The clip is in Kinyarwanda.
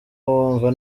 wumva